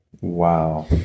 Wow